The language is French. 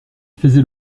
faisait